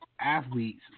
athletes